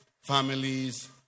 families